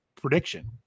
prediction